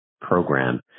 program